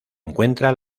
encuentra